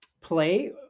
play